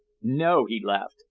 no, he laughed.